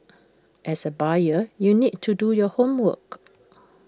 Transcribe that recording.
as A buyer you need to do your homework